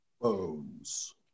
Bones